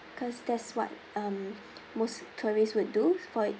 cause that's what um most tourists would do for